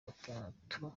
gatatu